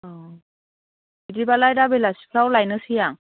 औ बिदिबालाय दा बेलासिफ्राव लायनोसै आं